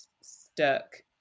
stuck